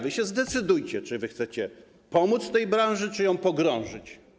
Wy się zdecydujcie: czy wy chcecie pomóc tej branży, czy ją pogrążyć?